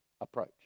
approach